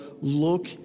look